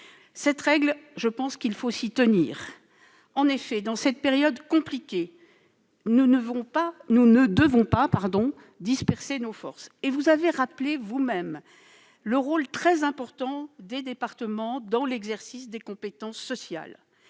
Cette règle, il faut nous y tenir. En effet, dans cette période compliquée, nous ne devons pas disperser nos forces. Vous avez d'ailleurs rappelé vous-même le rôle très important des départements dans l'exercice des compétences sociales,